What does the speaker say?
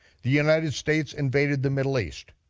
the united states invaded the middle east,